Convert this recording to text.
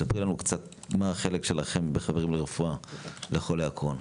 ספרי לנו קצת מה חלקכם ב"חברים לרפואה" לחולי הקרוהן.